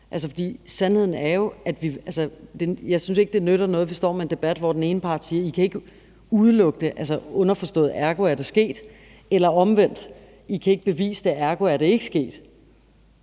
Jeg synes ikke, det nytter noget, at vi står med en debat, hvor den ene part siger, at man ikke kan udelukke det, underforstået, at ergo er det sket, eller omvendt siger, at man ikke kan bevise det, ergo er det ikke sket.